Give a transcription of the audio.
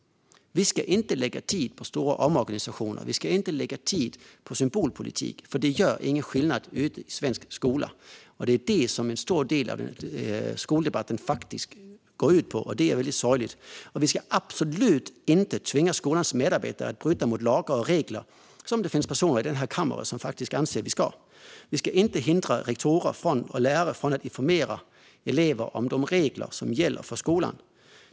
Vi ska inte lägga tid på stora omorganisationer. Vi ska inte lägga tid på symbolpolitik, för det gör ingen skillnad i svensk skola. Men det är det som en stor del av skoldebatten går ut på, och det är sorgligt. Vi ska absolut inte tvinga skolans medarbetare att bryta mot lagar och regler, vilket det finns personer här i kammaren som anser att vi ska. Vi ska inte hindra rektorer eller lärare från att informera elever om de regler som gäller i skolan.